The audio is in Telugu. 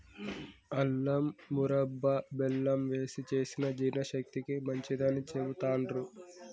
అల్లం మురబ్భ బెల్లం వేశి చేసిన జీర్ణశక్తికి మంచిదని చెబుతాండ్రు